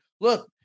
look